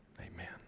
amen